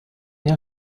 jahr